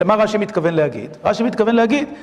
למה רשי מתכוון להגיד? רשי מתכוון להגיד...